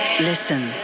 Listen